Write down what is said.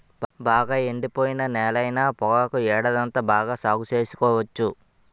బాగా ఎండిపోయిన నేలైన పొగాకు ఏడాదంతా బాగా సాగు సేసుకోవచ్చు